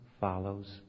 follows